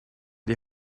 die